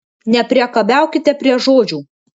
nepriekabiaukite prie žodžių